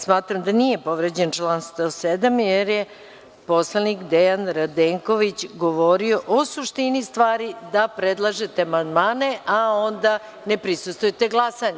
Smatram da nije povređen član 107, jer je poslanik Dejan Radenković govorio o suštini stvari, da predlažete amandmane, a onda ne prisustvujete glasanju.